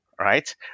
right